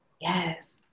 Yes